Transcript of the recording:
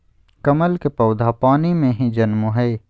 कमल के पौधा पानी में ही जन्मो हइ